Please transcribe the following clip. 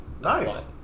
Nice